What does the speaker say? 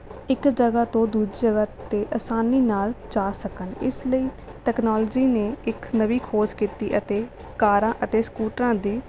ਇੱਕ ਜਗ੍ਹਾ ਤੋਂ ਦੂਜੀ ਜਗ੍ਹਾ 'ਤੇ ਆਸਾਨੀ ਨਾਲ਼ ਜਾ ਸਕਣ ਇਸ ਲਈ ਤਕਨਾਲੋਜੀ ਨੇ ਇੱਕ ਨਵੀਂ ਖੋਜ ਕੀਤੀ ਅਤੇ ਕਾਰਾਂ ਅਤੇ ਸਕੂਟਰਾਂ ਦੀ